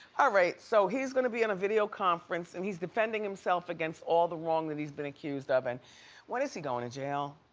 alright, so he's gonna be in a video conference and he's defending himself against all the wrong that he's been accused of. and when is he going to jail?